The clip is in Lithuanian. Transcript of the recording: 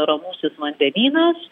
ramusis vandenynas